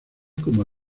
como